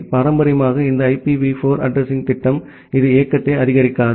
பாரம்பரியமாக இந்த IPv 4 addressing திட்டம் இது இயக்கத்தை ஆதரிக்காது